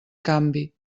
canvi